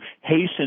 hasten